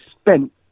spent